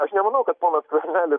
aš nemanau kad ponas skvernelis